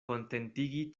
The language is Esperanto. kontentigi